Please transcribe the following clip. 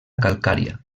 calcària